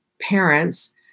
parents